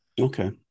okay